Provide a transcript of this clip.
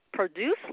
Produce